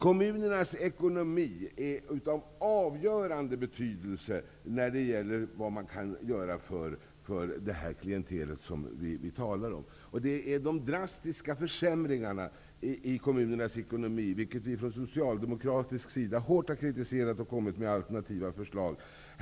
Kommunernas ekonomi är av avgörande betydelse när det gäller vad man kan göra för det klientel som vi talar om. Det har skett drastiska försämringar i kommunernas ekonomi, vilket vi från socialdemokratisk sida hårt har kritiserat, och vi har kommit med alternativa förslag.